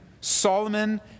Solomon